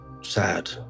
sad